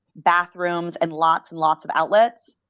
bathrooms, and lots and lots of outlets,